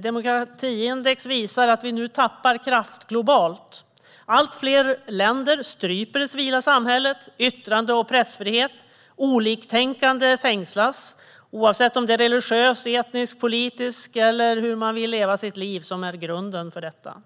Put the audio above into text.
Demokratiindex visar att vi nu tappar kraft globalt. Allt fler länder stryper det civila samhället när det gäller yttrande och pressfrihet, oliktänkande fängslas, oavsett om det är religion, etnicitet, politik eller hur människor vill leva sitt liv som är grunden för detta.